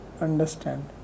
understand